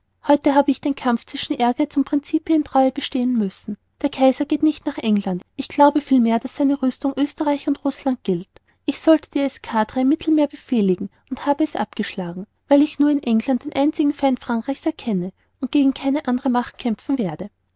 heut habe ich einen kampf zwischen ehrgeiz und principientreue bestehen müssen der kaiser geht nicht nach england ich glaube vielmehr daß seine rüstung oesterreich und rußland gilt ich sollte eine escadre im mittelmeere befehligen und habe es abgeschlagen weil ich nur in england den einzigen feind frankreich's erkenne und gegen keine andere macht kämpfen werde